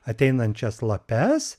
ateinančias lapes